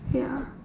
ya